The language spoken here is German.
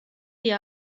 ihr